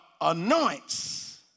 anoints